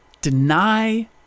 deny